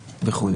וכו'.